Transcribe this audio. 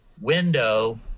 window